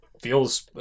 feels